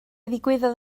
ddigwyddodd